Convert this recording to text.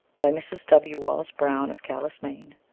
by mrs. w. wallace brown, of calais, maine.